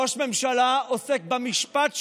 ראש הממשלה עוסק במשפט שלו,